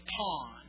pawn